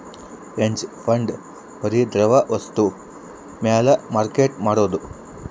hedge fund ಬರಿ ದ್ರವ ವಸ್ತು ಮ್ಯಾಲ ಮಾರ್ಕೆಟ್ ಮಾಡೋದು